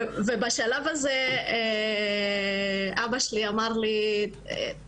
בשלב זה אבא שלי אמר לי "תקשיבי,